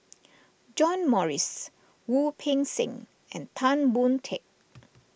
John Morrice Wu Peng Seng and Tan Boon Teik